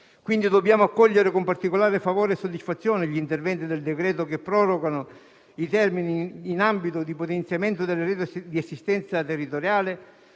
Dobbiamo accogliere, quindi, con particolare favore e soddisfazione gli interventi del decreto che prorogano i termini in ambito di potenziamento delle reti di assistenza territoriale